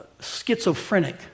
schizophrenic